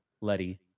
Letty